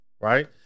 Right